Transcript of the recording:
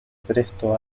presto